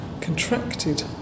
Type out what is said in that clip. contracted